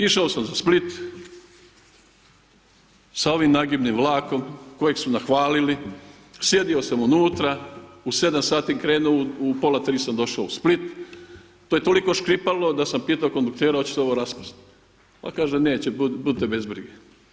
Išao sam za Split, sa ovim nagibnim vlakom koji su nahvalili, sjedio sam unutra, u 7 sati krenuo u pola 3 sam došao u Split, to je toliko škripalo da sam pitao konduktera hoće li se ovo raspast, pa kaže neće budite bez brige.